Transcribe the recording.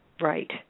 Right